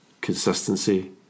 consistency